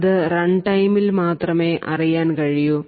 അത് റൺ ടൈമിൽ മാത്രമേ അറിയാൻ സാധിക്കൂ